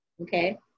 Okay